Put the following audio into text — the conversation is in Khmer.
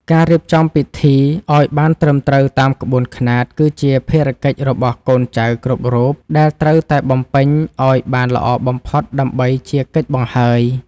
ការរៀបចំពិធីឱ្យបានត្រឹមត្រូវតាមក្បួនខ្នាត គឺជាភារកិច្ចរបស់កូនចៅគ្រប់រូបដែលត្រូវតែបំពេញឱ្យបានល្អបំផុតដើម្បីជាកិច្ចបង្ហើយ។